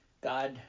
god